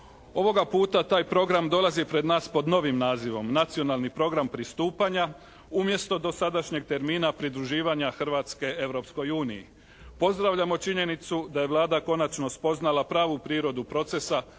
Ovoga puta taj program dolazi pred nas pod novim nazivom. Nacionalni program pristupanja umjesto dosadašnjeg termina pridruživanja Hrvatske Europskoj uniji. Pozdravljamo činjenicu da je Vlada konačno spoznala pravu prirodu procesa